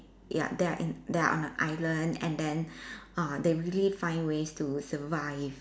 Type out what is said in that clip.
ya they are in they are on an island and then uh they really find ways to survive